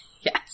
Yes